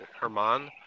Herman